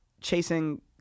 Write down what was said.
chasing